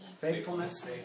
faithfulness